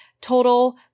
Total